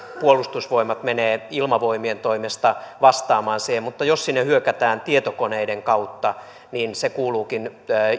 puolustusvoimat menee ilmavoimien toimesta vastaamaan siihen mutta jos sinne hyökätään tietokoneiden kautta niin se kuuluukin